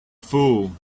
fool